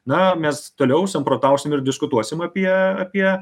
na mes toliau samprotausim ir diskutuosim apie apie